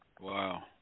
Wow